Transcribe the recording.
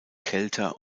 kälter